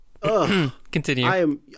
Continue